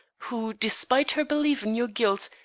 who, despite her belief in your guilt,